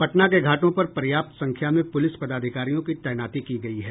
पटना के घाटों पर पर्याप्त संख्या में पुलिस पदाधिकारियों की तैनाती की गयी है